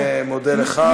אז אני מודה לך.